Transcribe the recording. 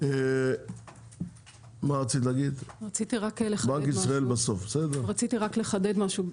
רציתי רק לחדד משהו.